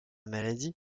maladie